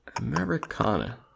Americana